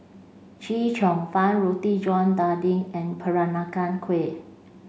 Chee Cheong Fun Roti John daging and Peranakan Kueh